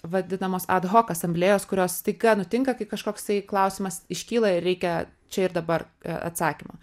vadinamos ad hoc asamblėjos kurios staiga nutinka kai kažkoksai klausimas iškyla ir reikia čia ir dabar atsakymo